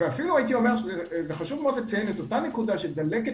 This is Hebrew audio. ואפילו הייתי אומר שחשוב מאוד לציין את אותה נקודה של דלקת